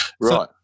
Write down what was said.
Right